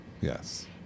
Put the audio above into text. Yes